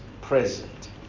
present